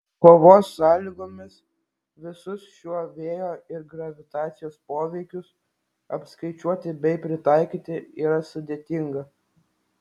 kovos sąlygomis visus šiuo vėjo ir gravitacijos poveikius apskaičiuoti bei pritaikyti yra sudėtinga